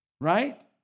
Right